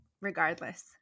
regardless